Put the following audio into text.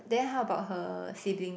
then how about her sibling